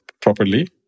properly